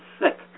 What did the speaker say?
sick